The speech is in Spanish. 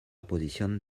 posición